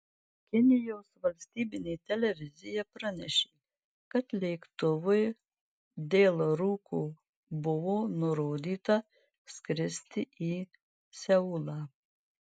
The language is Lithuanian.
kinijos valstybinė televizija pranešė kad lėktuvui dėl rūko buvo nurodyta skristi į seulą